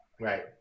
right